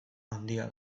handia